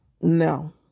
No